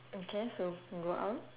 okay so we can go out